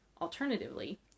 alternatively